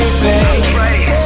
baby